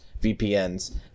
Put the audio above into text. VPNs